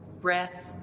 breath